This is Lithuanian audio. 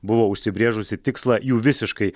buvo užsibrėžusi tikslą jų visiškai